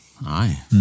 Aye